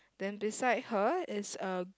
then beside her is a